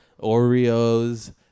Oreos